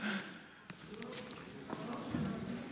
אינו נוכח.